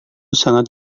sangat